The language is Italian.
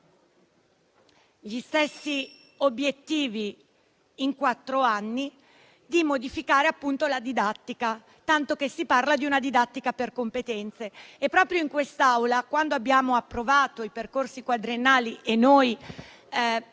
gli stessi obiettivi in quattro anni, di modificare appunto la didattica, tanto che si parla di una didattica per competenze. Proprio in quest'Aula, quando abbiamo approvato i percorsi quadriennali e abbiamo